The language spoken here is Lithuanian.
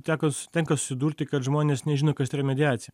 teko tenka susidurti kad žmonės nežino kas tai yra mediacija